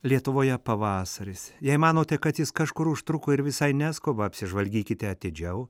lietuvoje pavasaris jei manote kad jis kažkur užtruko ir visai neskuba apsižvalgykite atidžiau